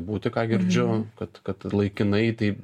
būti ką girdžiu kad kad laikinai tai